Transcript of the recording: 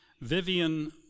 Vivian